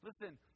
Listen